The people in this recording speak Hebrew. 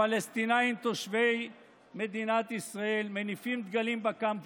הפלסטינים תושבי מדינת ישראל מניפים דגלים בקמפוסים.